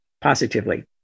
positively